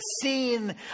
seen